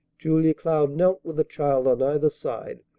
julia cloud knelt with a child on either side,